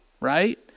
right